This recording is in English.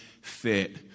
fit